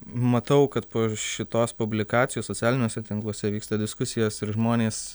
matau kad po šitos publikacijos socialiniuose tinkluose vyksta diskusijos ir žmonės